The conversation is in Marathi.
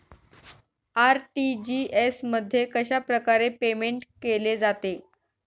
आर.टी.जी.एस मध्ये कशाप्रकारे पेमेंट केले जाते?